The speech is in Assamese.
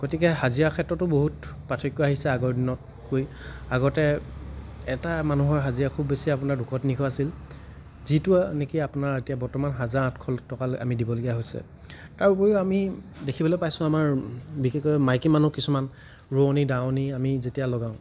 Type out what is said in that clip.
গতিকে হাজিৰা ক্ষেত্ৰটো বহুত পাৰ্থক্য আহিছে আগৰ দিনতকৈ আগতে এটা মানুহৰ হাজিৰা খুব বেছি আপোনাৰ দুশ তিনিশ আছিল যিটো নেকি আপোনাৰ এতিয়া হাজাৰ আঠশ টকালৈ আমি দিবলগীয়া হৈছে তাৰোপৰিও আমি দেখিবলৈ পাইছোঁ আমাৰ বিশেষকৈ মাইকী মানুহ কিছুমান ৰোৱনী দাৱনী আমি যেতিয়া লগাওঁ